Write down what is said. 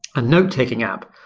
a note taking app.